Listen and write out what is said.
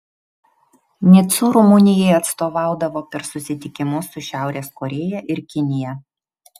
nicu rumunijai atstovaudavo per susitikimus su šiaurės korėja ir kinija